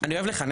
אני אוהב לחנך,